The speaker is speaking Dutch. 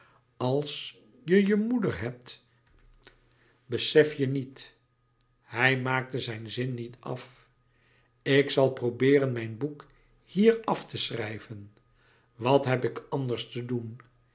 als je je moeder hebt besef je niet hij maakte zijn zin niet af ik zal probeeren mijn boek hier af te schrijven wat heb ik anders te doen